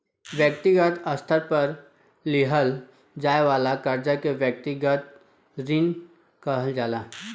व्यक्तिगत स्तर पर लिहल जाये वाला कर्जा के व्यक्तिगत ऋण कहल जाला